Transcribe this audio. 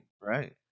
right